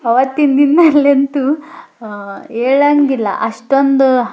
ಅವತ್ತಿನ ದಿನದಲ್ಲಂತೂ ಹೇಳಂಗಿಲ್ಲ ಅಷ್ಟೊಂದು